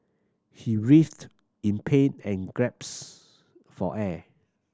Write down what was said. he writhed in pain and grasps for air